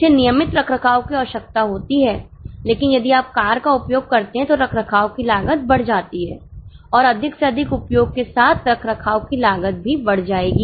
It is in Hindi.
इसे नियमित रखरखाव की आवश्यकता होती है लेकिन यदि आप कार का उपयोग करते हैं तो रखरखाव की लागत बढ़ जाती है और अधिक से अधिक उपयोग के साथ रखरखाव की लागत भी बढ़ जाएगी